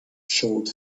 showed